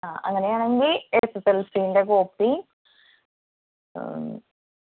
ആ അങ്ങനെയാണെങ്കിൽ S S L സീൻ്റെ കോപ്പീ